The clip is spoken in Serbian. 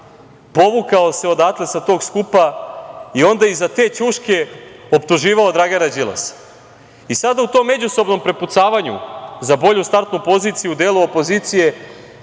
povukao se odatle sa tog skupa i onda i za te ćuške optuživao Dragana Đilasa. Sada u tom međusobnom prepucavanju za bolju startnu poziciju u delu opozicije,